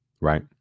right